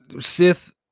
Sith